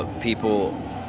People